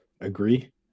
Agree